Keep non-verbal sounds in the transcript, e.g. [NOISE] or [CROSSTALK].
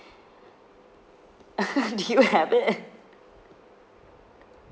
[LAUGHS] do you have it